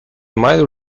mile